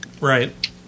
Right